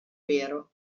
vero